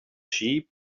sheep